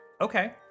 Okay